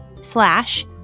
slash